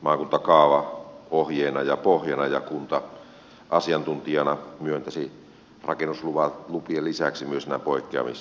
maakuntakaava ohjeena ja pohjana ja kunta asiantuntijana myöntäisi rakennuslupien lisäksi myös nämä poikkeamisluvat